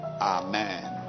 Amen